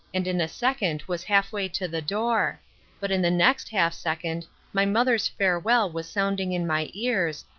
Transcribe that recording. and in a second was half-way to the door but in the next half-second my mother's farewell was sounding in my ears,